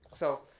so,